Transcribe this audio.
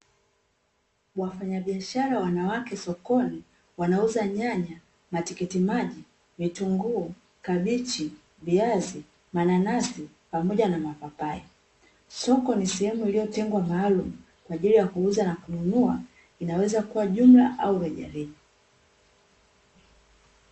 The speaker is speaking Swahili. Wafanyabiashara wanawake sokoni, wanauza nyanya, matikitimaji, vitunguu, kabichi, viazi, mananasi pamoja na mapapai. Soko ni sehemu iliyotengwa maalumu kwa ajili ya kuuza na kununua, inaweza kua jumla au rejareja.